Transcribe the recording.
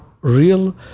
real